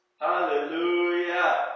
Hallelujah